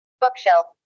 bookshelf